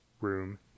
room